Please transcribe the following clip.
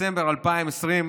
בדצמבר 2020,